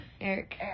Eric